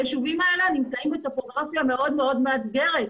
היישובים האלה נמצאים בטופוגרפיה מאוד מאתגרת.